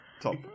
top